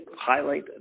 highlight